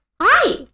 Hi